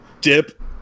Dip